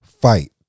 fight